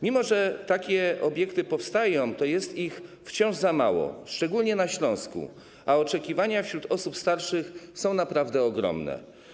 Mimo że takie obiekty powstają, to jest ich wciąż za mało, szczególnie na Śląsku, a oczekiwania wśród osób starszych są naprawdę ogromne.